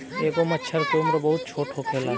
एगो मछर के उम्र बहुत छोट होखेला